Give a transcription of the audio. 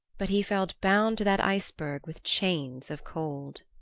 but he felt bound to that iceberg with chains of cold.